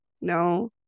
no